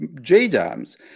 J-DAMs